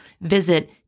Visit